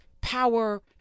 power